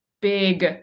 big